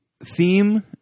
theme